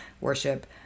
worship